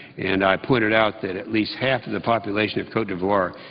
and i pointed out that at least half of the population of cote d'ivoire,